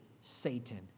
Satan